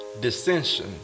dissension